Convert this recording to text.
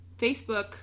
Facebook